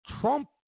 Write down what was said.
Trump